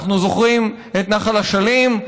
אנחנו זוכרים את נחל אשלים,